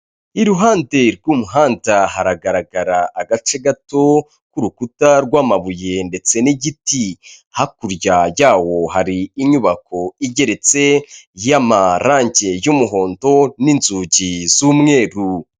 Iruhande rw'umuhanda haragaragara agace gato k'urukuta rw'amabuye ndetse n'igiti, hakurya yawo hari inyubako igeretse y'amarangi y'umuhondo n'inzugi z'umweru.